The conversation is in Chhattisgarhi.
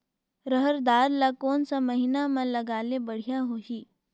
रहर दाल ला कोन महीना म लगाले बढ़िया होही?